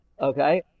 okay